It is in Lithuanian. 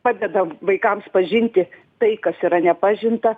padeda vaikams pažinti tai kas yra nepažinta